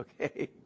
okay